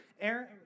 Aaron